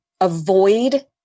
avoid